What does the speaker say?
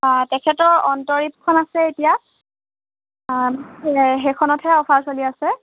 অঁ তেখেতৰ অন্তৰীপখন আছে এতিয়া অঁ মানে সেইখনতহে অফাৰ চলি আছে